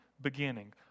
beginning